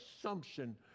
assumption